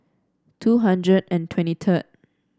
two hundred and twenty third